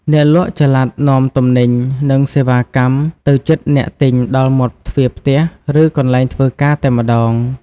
អ្នកលក់ចល័តនាំទំនិញ និងសេវាកម្មទៅជិតអ្នកទិញដល់មាត់ទ្វារផ្ទះ ឬកន្លែងធ្វើការតែម្តង។